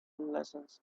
lessons